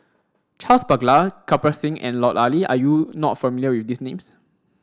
Charles Paglar Kirpal Singh and Lut Ali are you not familiar with these names